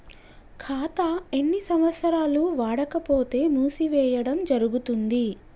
ఖాతా ఎన్ని సంవత్సరాలు వాడకపోతే మూసివేయడం జరుగుతుంది?